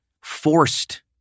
forced